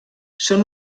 són